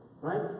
right